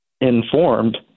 informed